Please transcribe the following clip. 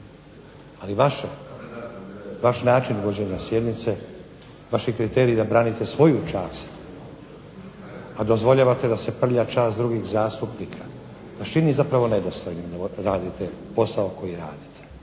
Ali, vaš način vođenja sjednice, vaši kriteriji da branite svoju čast a dozvoljavate da se prlja čast drugih zastupnika, a čini zapravo nedostojnim radite posao koji radite.